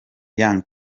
young